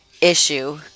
issue